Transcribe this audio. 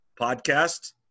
podcast